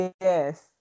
Yes